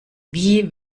wie